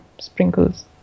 sprinkles